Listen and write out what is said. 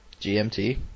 GMT